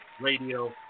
Radio